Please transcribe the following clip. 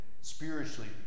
spiritually